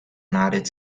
united